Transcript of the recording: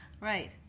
Right